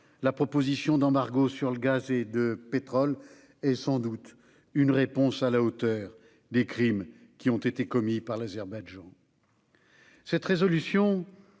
la proposition d'embargo sur le gaz et le pétrole est sans doute une réponse à la hauteur des crimes qui ont été commis par l'Azerbaïdjan. Cette résolution